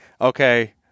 okay